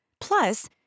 Plus